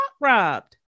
robbed